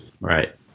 Right